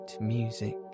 music